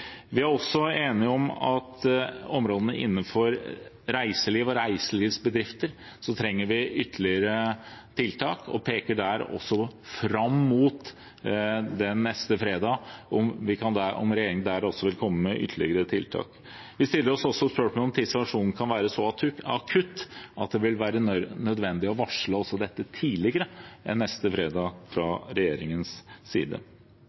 Vi er også enige om at innenfor områdene reiseliv og reiselivsbedrifter trenger vi ytterligere tiltak. Vi peker der også fram mot neste fredag, om regjeringen også i den forbindelse vil komme med ytterligere tiltak. Vi stiller oss også spørsmålet om situasjonen kan være så akutt at det vil være nødvendig fra regjeringens side å varsle dette tidligere enn neste fredag.